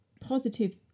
positive